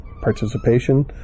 participation